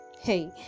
Hey